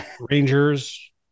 rangers